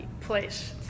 place